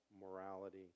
morality